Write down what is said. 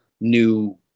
new